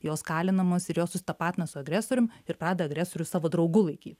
jos kalinamos ir jos susitapatina su agresorium ir prada agresorių savo draugu laikyt